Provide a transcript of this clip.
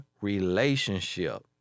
relationship